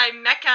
Mecca